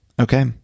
Okay